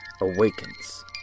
awakens